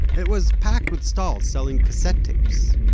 it was packed with stalls selling cassette tapes.